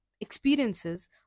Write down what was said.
experiences